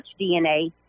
DNA